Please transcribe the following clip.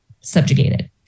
subjugated